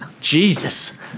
Jesus